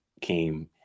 came